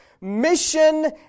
mission